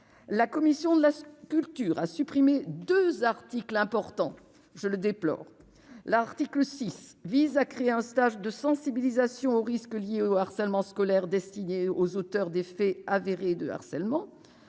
la commission de la culture, a supprimé 2 articles importants, je le déplore l'article 6 vise à créer un stage de sensibilisation aux risques liés au harcèlement scolaire destiné aux auteurs des faits avérés de harcèlement